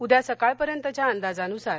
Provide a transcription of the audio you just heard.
उद्या सकाळपर्यंतच्या अंदाजानसार